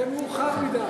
זה מאוחר מדי.